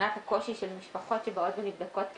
מבחינת הקושי של המשפחות שבאות ונבדקות כמשפחה?